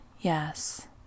Yes